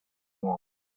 nuovo